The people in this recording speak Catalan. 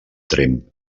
tremp